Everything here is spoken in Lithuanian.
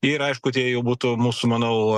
ir aišku tie jau būtų mūsų manau